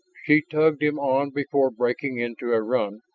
she tugged him on before breaking into a run,